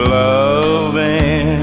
loving